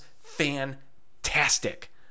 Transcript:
fantastic